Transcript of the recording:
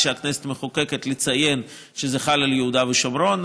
כשהכנסת מחוקקת לציין שזה חל על יהודה ושומרון.